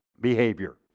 behavior